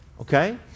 Okay